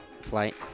flight